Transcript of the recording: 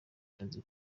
kazi